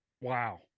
Wow